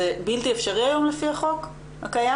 זה בלתי אפשרי היום לפי החוק הקיים?